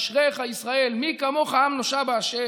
אשריך ישראל מי כמוך עם נושע בה";